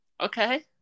Okay